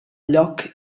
lloc